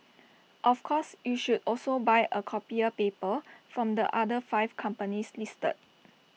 of course you should also buy A copier paper from the other five companies listed